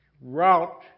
route